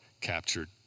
captured